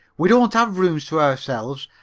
we don't have rooms to ourselves.